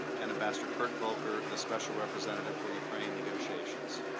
and ambassador kurt volker the special representative for ukraine negotiations.